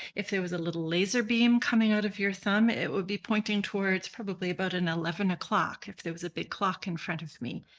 if there was a little laser beam coming out of your thumb, it would be pointing towards probably about an eleven o'clock if there was a big clock in front of me.